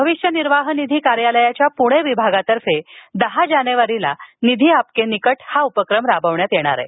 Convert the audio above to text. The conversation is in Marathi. भविष्य निर्वाह निधी कार्यालयाच्या पुणे विभागातर्फे दहा जानेवारी रोजी निधि आपके निकट हा उपक्रम राबविण्यात येणार आहे